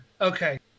Okay